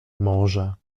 może